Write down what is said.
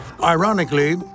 Ironically